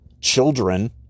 children